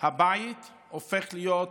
הבית הופך להיות,